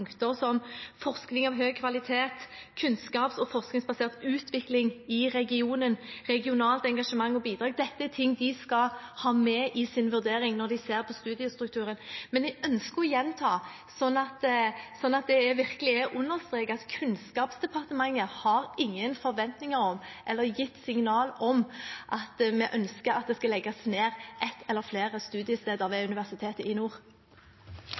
som forskning av høy kvalitet, kunnskaps- og forskningsbasert utvikling i regionen, regionalt engasjement og bidrag er ting de skal ha med i sin vurdering når de ser på studiestrukturen. Men jeg ønsker å gjenta, sånn at det virkelig er understreket, at Kunnskapsdepartementet har ingen forventninger om – eller har gitt signaler om at vi ønsker – at det skal legges ned ett eller flere studiesteder ved